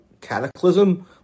cataclysm